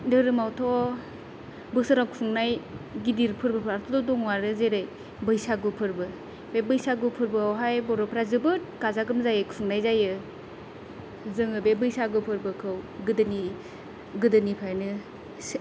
धोरोमावथ' बोसोराव खुंनाय गिदिर फोरबोफ्राथ' दङआनो जेरै बैसागु फोरबो बे बैसागु फोरबोआवहाय बर'फ्रा जोबोद गाजा गोमजायै खुंनाय जायो जोङो बे बैसागु फोरबोखौ गोदोनि गोदोनिफ्रायनो